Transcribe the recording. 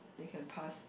they can pass